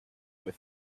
with